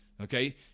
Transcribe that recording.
okay